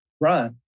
run